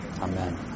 Amen